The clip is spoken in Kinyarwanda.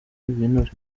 ibinure